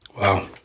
Wow